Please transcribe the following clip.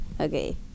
Okay